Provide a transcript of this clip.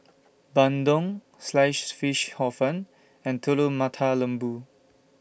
Bandung Sliced Fish Hor Fun and Telur Mata Lembu